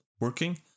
working